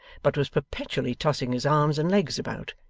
but was perpetually tossing his arms and legs about,